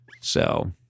So-